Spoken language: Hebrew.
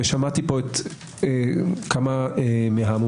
ושמעתי פה כמה מהארגונים,